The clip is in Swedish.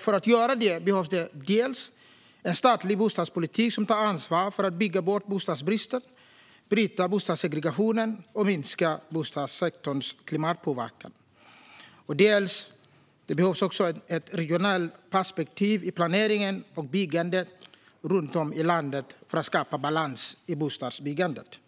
För att göra detta behövs dels en statlig bostadspolitik som tar ansvar för att bygga bort bostadsbristen, bryta bostadssegregationen och minska bostadssektorns klimatpåverkan, dels ett regionalt perspektiv i planeringen och byggandet runt om i landet för att skapa balans i bostadsbyggandet.